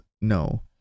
No